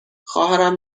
خواهرم